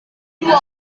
dua